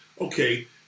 Okay